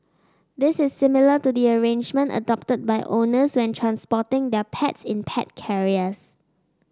this is similar to the arrangement adopted by owners when transporting their pets in pet carriers